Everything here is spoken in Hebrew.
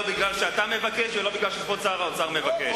לא כי אתה מבקש ולא כי כבוד שר האוצר מבקש.